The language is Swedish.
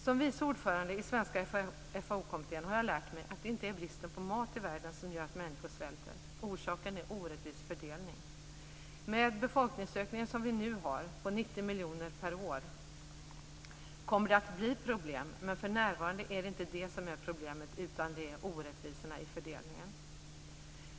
Som vice ordförande i svenska FAO-kommittén har jag lärt mig att det inte är bristen på mat i världen som gör att människor svälter. Orsaken är orättvis fördelning. Med den befolkningsökning som vi nu har på 90 miljoner per år kommer det att bli problem. Men för närvarande är det inte det som är problemet, utan orättvisorna i fördelningen.